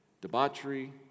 debauchery